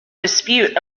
dispute